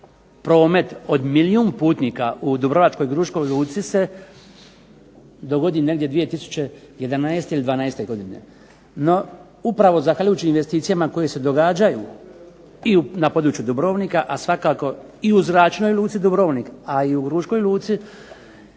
promet od milijun putnika u Dubrovačkoj Gruškoj luci se dovodi negdje 2011. ili 2012. godine, no upravo zahvaljujući investicijama koje se događaju i na području Dubrovnika, a svakako i u zračnoj luci Dubrovnik, a i u Gruškoj luci